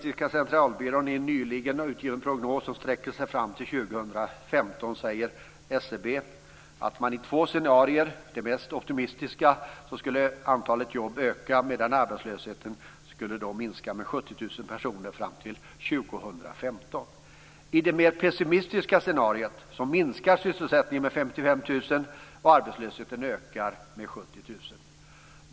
I en nyligen utgiven prognos som sträcker sig fram till 2015 talar Statistiska centralbyrån om två scenarier. Enligt det mest optimistiska skulle antalet jobb öka och arbetslösheten minska med 70 000 personer fram till 2015. I det mer pessimistiska scenariot minskar sysselsättningen med 55 000, och arbetslösheten ökar med 70 000.